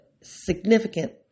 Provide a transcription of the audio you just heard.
significant